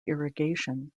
irrigation